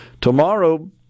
tomorrow